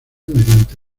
mediante